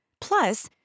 Plus